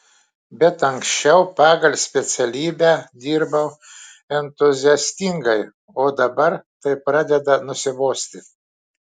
bet anksčiau pagal specialybę dirbau entuziastingai o dabar tai pradeda nusibosti